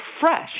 fresh